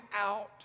out